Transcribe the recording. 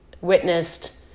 witnessed